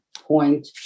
point